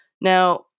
now